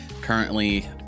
currently